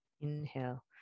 Inhale